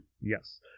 Yes